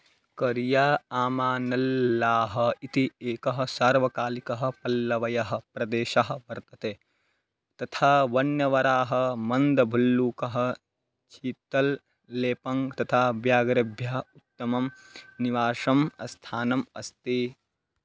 करिया आमा नल्लाह् इति एकः सार्वकालिकः पल्वल्यः प्रदेशः वर्तते तथा वन्यवराहः मन्दभल्लूकः शीत्तल्लेपङ्ग् तथा व्याघ्रेभ्यः उत्तमं निवासस्थानम् अस्ति